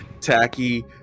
tacky